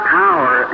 power